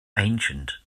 ancient